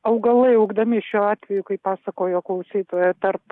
augalai augdami šiuo atveju kaip pasakojo klausytoja tarp